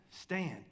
Stand